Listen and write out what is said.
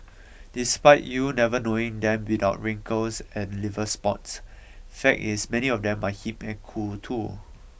despite you never knowing them without wrinkles and liver spots fact is many of them are hip and cool too